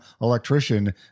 electrician